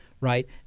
right